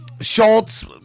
Schultz